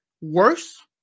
worse